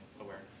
awareness